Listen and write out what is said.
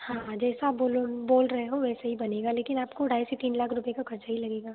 हाँ हाँ जैसा आप बोलो बोल रहे हो वैसे ही बनेगा लेकिन आपको ढाई से तीन लाख रुपए का खर्चा ही लगेगा